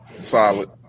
Solid